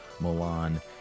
Milan